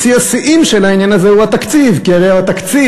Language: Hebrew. שיא השיאים של העניין הזה הוא התקציב, כי